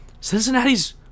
Cincinnati's